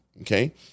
Okay